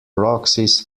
proxies